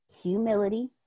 humility